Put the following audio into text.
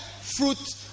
fruit